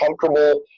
comfortable